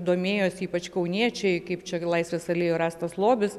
domėjosi ypač kauniečiai kaip čia laisvės alėjoj rastas lobis